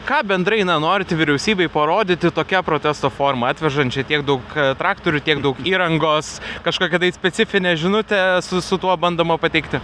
ką bendrai na norite vyriausybei parodyti tokia protesto forma atvežant čia tiek daug traktorių tiek daug įrangos kažkokią specifinę žinutę su su tuo bandoma pateikti